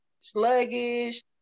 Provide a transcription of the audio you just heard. sluggish